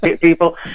people